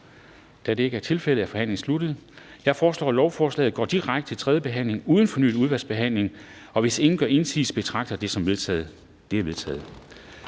Da det ikke er tilfældet, er forhandlingen sluttet. Jeg foreslår, at lovforslaget går direkte til tredje behandling uden fornyet udvalgsbehandling. Hvis ingen gør indsigelse, betragter jeg det som vedtaget. Det er vedtaget.